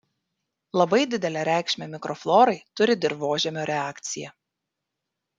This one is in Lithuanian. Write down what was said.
labai didelę reikšmę mikroflorai turi dirvožemio reakcija